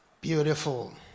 Beautiful